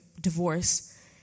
divorce